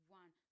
one